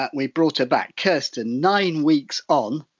we brought her back. kirsten, nine weeks on,